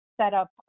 setup